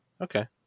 Okay